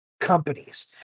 companies